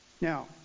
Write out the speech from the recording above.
Now